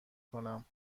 کنم